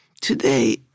Today